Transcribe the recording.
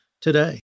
today